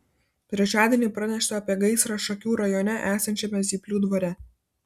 trečiadienį pranešta apie gaisrą šakių rajone esančiame zyplių dvare